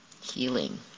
healing